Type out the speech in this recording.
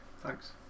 Thanks